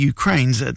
Ukraine's